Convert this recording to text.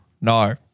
No